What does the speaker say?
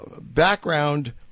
background